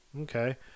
Okay